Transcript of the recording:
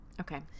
Okay